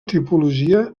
tipologia